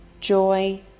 joy